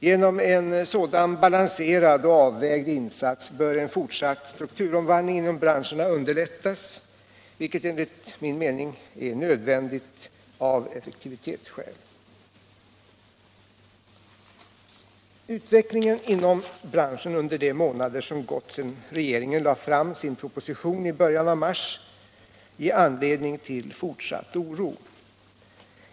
Genom en sådan balanserad och avvägd insats bör en fortsatt strukturomvandling inom branschen underlättas, vilket enligt min mening är nödvändigt av effektivitetsskäl. Utvecklingen inom branschen under de månader som gått sedan regeringen lade fram sin proposition i början av mars ger anledning till fortsatt oro.